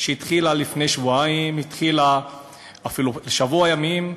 שהתחילה לפני שבועיים, אפילו שבוע ימים,